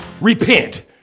repent